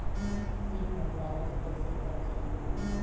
शीत भंडारण कइसे करथे?